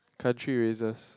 country races